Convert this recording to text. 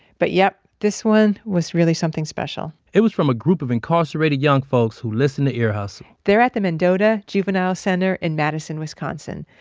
but yup, this one was really something special it was from a group of incarcerated young folks who listen to ear hustle they're at the mendota juvenile center in madison, wisconsin.